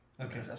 Okay